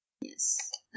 Yes